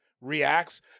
reacts